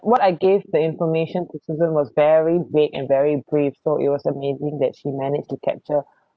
what I gave the information to susan was very vague and very brief so it was amazing that she manage to capture